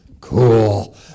cool